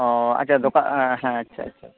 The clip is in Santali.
ᱚᱸᱻ ᱟᱪᱪᱷᱟ ᱫᱚᱠᱟ ᱟᱪᱪᱷᱟ ᱟᱪᱪᱷᱟ